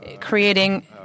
creating